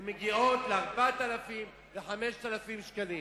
ומגיעות ל-4,000, ל-5,000 שקלים.